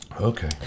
Okay